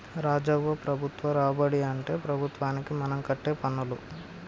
రాజవ్వ ప్రభుత్వ రాబడి అంటే ప్రభుత్వానికి మనం కట్టే పన్నులు